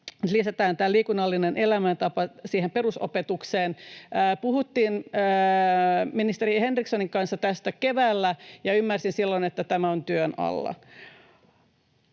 lisätään tämä liikunnallinen elämäntapa siihen perusopetukseen. Puhuttiin ministeri Henrikssonin kanssa tästä keväällä, ja ymmärsin silloin, että tämä on työn alla.